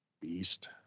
Beast